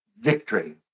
victory